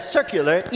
Circular